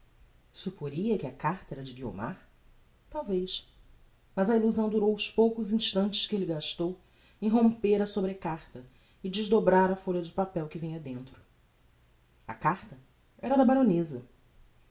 supporia que a carta era de guiomar talvez mas a illusão durou os poucos instantes que elle gastou em romper a sobrecarta e desdobrar a folha de papel que vinha dentro a carta era da baroneza